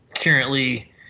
currently